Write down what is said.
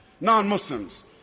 non-Muslims